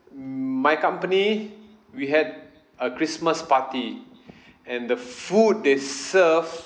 my company we had a christmas party and the food they serve